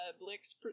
Blix